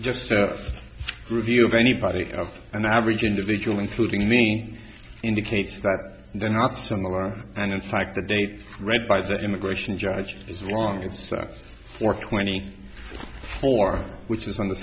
to review of anybody of an average individual including me indicates that they're not similar and in fact the date read by the immigration judge is wrong it starts for twenty four which is on the